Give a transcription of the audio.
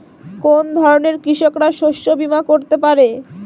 কোন ধরনের কৃষকরা শস্য বীমা করতে পারে?